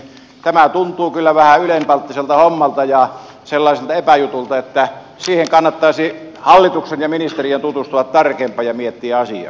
tämä tuntuu kyllä vähän ylenpalttiselta hommalta ja sellaiselta epäjutulta että siihen kannattaisi hallituksen ja ministeriön tutustua tarkemmin ja miettiä asiaa